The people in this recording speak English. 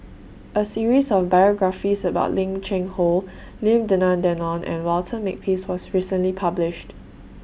A series of biographies about Lim Cheng Hoe Lim Denan Denon and Walter Makepeace was recently published